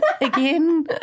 Again